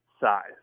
Size